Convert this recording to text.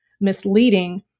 misleading